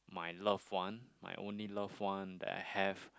my love one my only love one that I have